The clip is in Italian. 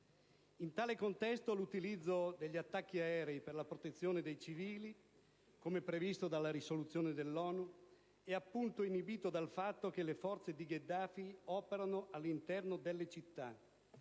In tale contesto, l'utilizzo degli attacchi aerei per la protezione dei civili, come previsto dalla risoluzione dell'ONU, è appunto inibito dal fatto che le forze di Gheddafi operano all'interno delle città,